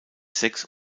sex